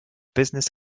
business